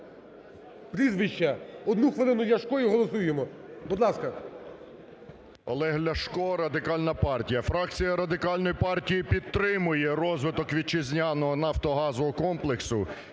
прізвище. Одну хвилину, Ляшко, і голосуємо. Будь ласка. 16:55:12 ЛЯШКО О.В. Олег Ляшко, Радикальна партія. Фракція Радикальної партії підтримує розвиток вітчизняного нафтогазового комплексу.